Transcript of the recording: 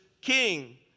king